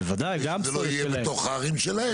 שלא יהיה בתוך הערים שלהם.